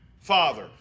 father